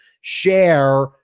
share